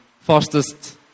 fastest